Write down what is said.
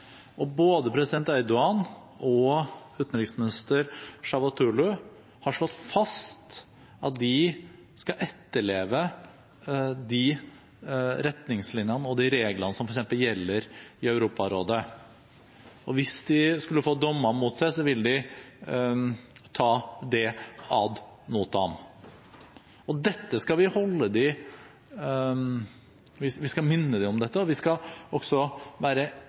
brukes. Både president Erdogan og utenriksminister Çavu?o?lu har slått fast at de skal etterleve de retningslinjene og de reglene som f.eks. gjelder i Europarådet. Hvis de skulle få dommer mot seg, vil de ta det ad notam. Dette skal vi minne dem om, og vi skal også være